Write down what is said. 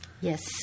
Yes